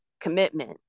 commitment